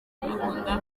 akunda